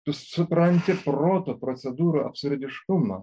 tu supranti proto procedūrų absurdiškumą